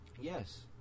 Yes